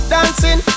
Dancing